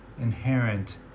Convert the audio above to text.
inherent